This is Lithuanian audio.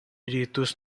rytus